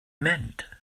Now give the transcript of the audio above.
meant